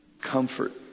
comfort